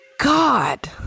God